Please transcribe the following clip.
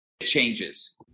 changes